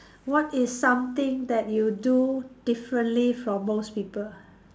what is something that you do differently from most people